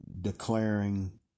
declaring